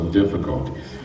difficulties